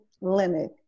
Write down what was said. limit